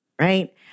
right